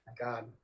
God